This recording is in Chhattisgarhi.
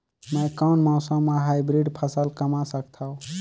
मै कोन मौसम म हाईब्रिड फसल कमा सकथव?